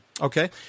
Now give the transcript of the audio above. Okay